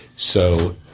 so,